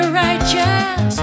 righteous